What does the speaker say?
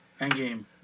Endgame